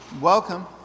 Welcome